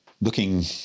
looking